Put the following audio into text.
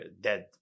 dead